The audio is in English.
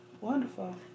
Wonderful